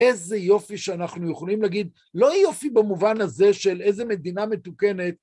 איזה יופי שאנחנו יכולים להגיד, לא יופי במובן הזה של איזה מדינה מתוקנת.